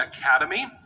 academy